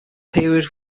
period